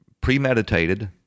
premeditated